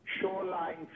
shoreline